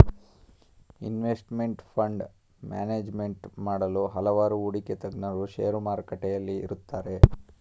investment fund management ಮಾಡಲು ಹಲವಾರು ಹೂಡಿಕೆ ತಜ್ಞರು ಶೇರು ಮಾರುಕಟ್ಟೆಯಲ್ಲಿ ಇರುತ್ತಾರೆ